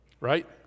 Right